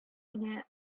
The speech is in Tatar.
генә